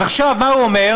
אז עכשיו, מה הוא אומר?